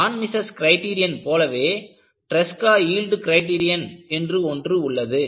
வான் Mises criterion போலவே Tresca yield criterion என்று ஒன்று உள்ளது